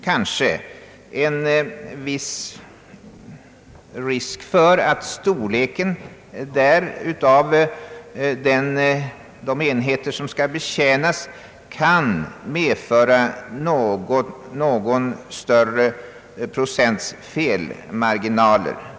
Kanske finns en viss risk för att storleken av de enheter som skall betjänas kan medföra någon högre procent felmarginal.